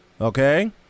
okay